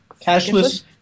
cashless